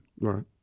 Right